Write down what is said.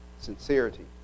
sincerity